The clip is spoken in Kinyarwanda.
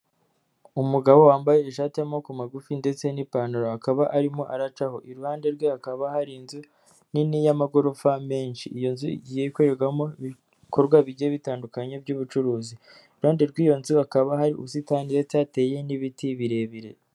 Umugabo wambaye ishati y'amaboko magufi ndetse n'ipantaro, akaba arimo aracaho, iruhande rwe hakaba hari inzu nini y'amagorofa menshi, iyo nzu igiye ikorerwamo ibikorwa bigiye bitandukanye by'ubucuruzi, iruhande rw'iyo nzu hakaba hari ubusitani ndetse hateye n'ibiti birebire.